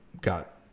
got